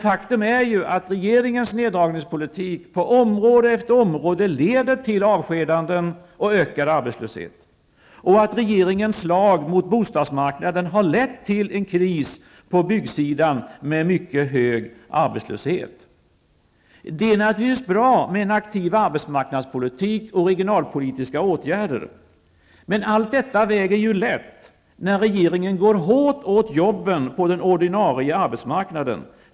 Faktum är att regeringens neddragningspolitik på område efter område leder till avskedanden och ökad arbetslöshet. Regeringens slag mot bostadsmarknaden har lett till en kris på byggsidan med mycket hög arbetslöshet som följd. Det är naturligtvis bra med en aktiv arbetsmarknadspolitik och med regionalpolitiska åtgärder, men allt detta väger ju lätt när regeringen går hårt åt jobben på den ordinarie arbetsmarknaden.